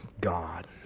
God